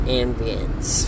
ambience